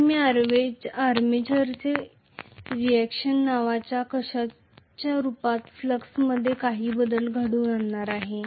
तर मी armature reaction नावाच्या रूपात फ्लक्समध्ये काही बदल घडवून आणणार आहे